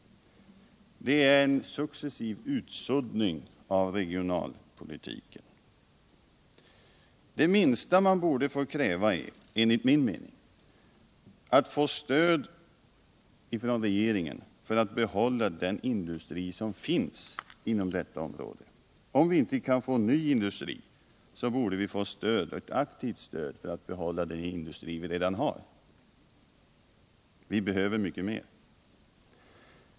Det är en successiv utsuddning av regionalpolitiken. Enligt min mening är det minsta man kan begära att regeringen ger stöd till den industri som redan finns inom detta område. Om vi inte kan få någon ny industri, borde vi få ett aktivt stöd för att kunna behålla den industri vi redan har. Vi behöver mycket mer.